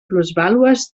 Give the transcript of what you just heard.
plusvàlues